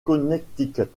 connecticut